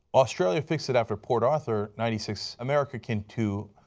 australia fixed it after port author ninety six america can too.